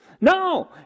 No